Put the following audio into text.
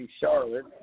Charlotte